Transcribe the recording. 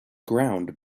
ground